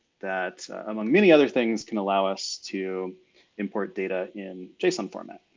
that among many other things can allow us to import data in json format.